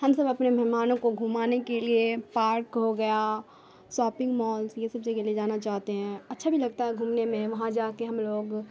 ہم سب اپنے مہمانوں کو گھمانے کے لیے پارک ہو گیا شاپنگ مالس یہ سب جگہ لے جانا چاہتے ہیں اچھا بھی لگتا ہے گھومنے میں وہاں جا کے ہم لوگ